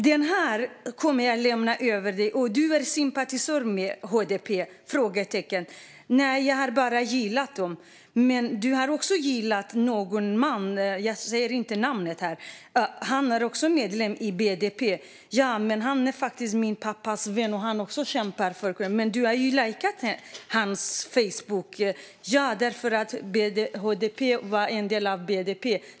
Jag fortsätter citera ur förhörsprotokollet: - Du är sympatisör med HDP? - Nej, jag har bara gillat dem. - Men du har också gillat - jag utelämnar här namnet på en man - som också är medlem i BDP. - Ja, men han är faktiskt min pappas vän, och han kämpar också för kurderna. - Men du har ju lajkat hans Facebook? - Ja, därför att HDP var en del av BDP.